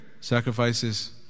sacrifices